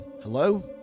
hello